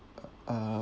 uh